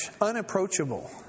unapproachable